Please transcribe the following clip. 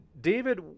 David